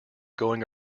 going